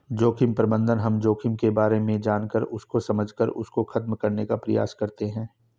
जोखिम प्रबंधन हम जोखिम के बारे में जानकर उसको समझकर उसको खत्म करने का प्रयास करते हैं